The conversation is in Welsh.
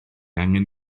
angen